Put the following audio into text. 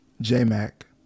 J-Mac